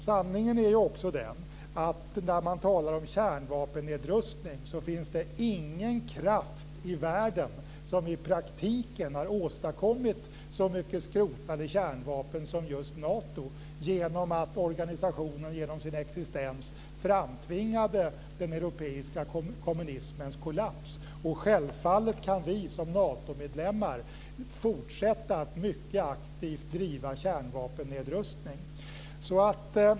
Sanningen är också att när man talar om kärnvapennedrustning finns det ingen kraft i världen som i praktiken har åstadkommit så mycket skrotade kärnvapen som just Nato på grund av att organisationen genom sin existens framtvingade den europeiska kommunismens kollaps. Självfallet kan vi som Natomedlemmar fortsätta att mycket aktivt driva vapennedrustning.